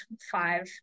five